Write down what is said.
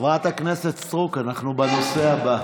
חברת הכנסת סטרוק, אנחנו בנושא הבא.